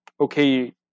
okay